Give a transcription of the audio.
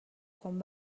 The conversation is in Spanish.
con